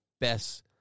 best